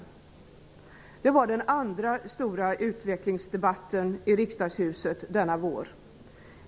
Det var den andra stora utvecklingsdebatten i riksdagshuset denna vår.